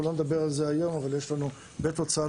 אנחנו לא נדבר על זה היום אבל יש לנו בית הוצאה